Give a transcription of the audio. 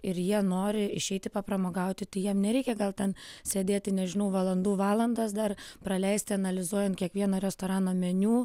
ir jie nori išeiti papramogauti tai jiem nereikia gal ten sėdėti nežinau valandų valandas dar praleisti analizuojant kiekvieno restorano meniu